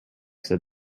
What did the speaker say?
said